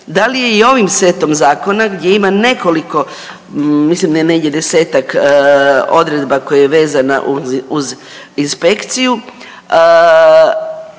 da li je i ovim setom zakona gdje ima nekoliko mislim negdje desetak odredba koja je vezana uz inspekciju